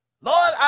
Lord